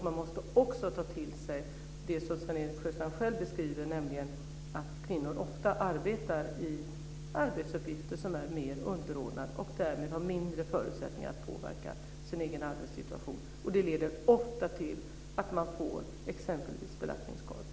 Man måste också ta till sig det som Sven-Erik Sjöstrand själv beskriver, nämligen att kvinnor ofta har arbetsuppgifter som är mer underordnade och därmed har mindre förutsättningar att påverka sin egen arbetssituation. Det leder ofta till att de får exempelvis belastningsskador.